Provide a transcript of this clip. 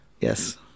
Yes